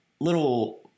little